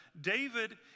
David